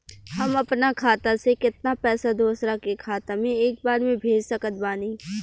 हम अपना खाता से केतना पैसा दोसरा के खाता मे एक बार मे भेज सकत बानी?